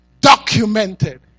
documented